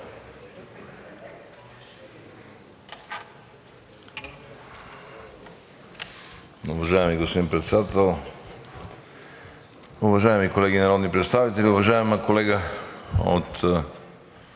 Уважаеми господин Председател, уважаеми колеги народни представители, уважаема колега от